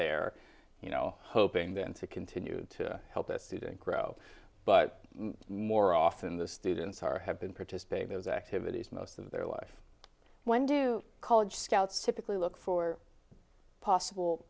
they're you know hoping then to continue to help the student grow but more often the students are have been participate those activities most of their life when do college scouts typically look for possible